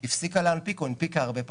היא הפסיקה להנפיק או הנפיקה הרבה פחות.